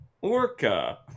orca